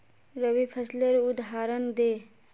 रवि फसलेर उदहारण दे?